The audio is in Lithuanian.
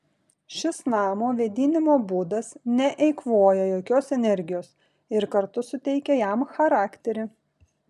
šis namo vėdinimo būdas neeikvoja jokios energijos ir kartu suteikia jam charakterį